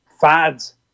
fads